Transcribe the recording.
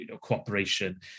cooperation